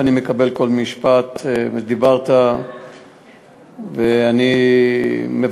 אני מקבל כל משפט שאמרת, ואני מברך.